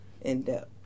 in-depth